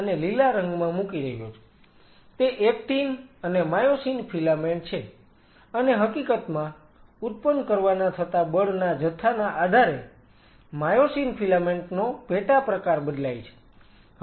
તે એક્ટિન અને myosin filament છે અને હકીકતમાં ઉત્પન્ન કરવાના થતા બળના જથ્થાના આધારે માયોસિન ફિલામેન્ટ નો પેટા પ્રકાર બદલાય છે